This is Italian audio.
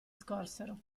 scorsero